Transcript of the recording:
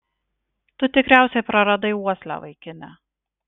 tu tikriausiai praradai uoslę vaikine